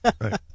right